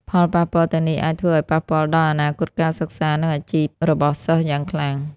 ផលប៉ះពាល់ទាំងនេះអាចធ្វើឲ្យប៉ះពាល់ដល់អនាគតការសិក្សា និងអាជីពរបស់សិស្សយ៉ាងខ្លាំង។